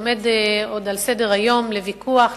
עומד עוד על סדר-היום לוויכוח,